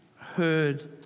heard